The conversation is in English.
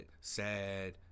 sad